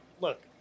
look